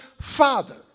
father